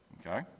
Okay